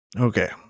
Okay